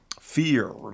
fear